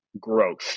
growth